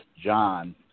John